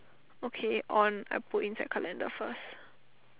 okay on I put inside calendar first